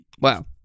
Wow